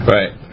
Right